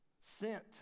Sent